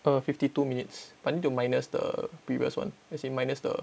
err fifty two minutes but need to minus the previous one as in minus the